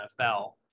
NFL